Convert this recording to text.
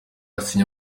asinya